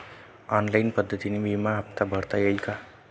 Online पद्धतीने विमा हफ्ता भरता येईल का?